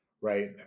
right